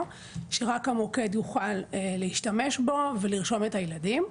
שרק המוקד יוכל להשתמש בו ולרשום את הילדים.